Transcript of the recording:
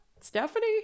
Stephanie